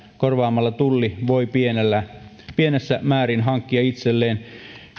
korvaamalla tulli voi pienessä määrin hankkia itselleen